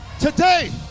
Today